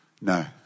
No